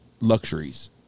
luxuries